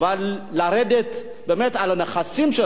אבל לרדת באמת לנכסים שלהם,